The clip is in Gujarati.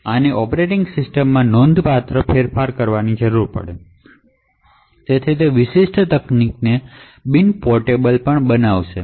હવે આને માટે ઑપરેટિંગ સિસ્ટમમાં નોંધપાત્ર ફેરફારોની જરૂર પડશે અને તે તકનીકને બિન પોર્ટેબલ પણ બનાવશે